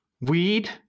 Weed